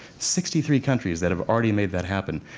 sixty three countries that have already made that happen.